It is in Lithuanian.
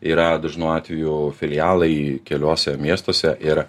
yra dažnu atveju filialai keliuose miestuose ir